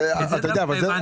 את זה גם אני הבנתי.